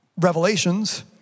Revelations